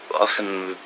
often